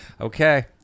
Okay